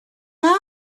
i’m